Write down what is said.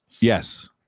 Yes